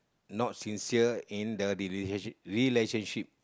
not sincere in the relationship relationship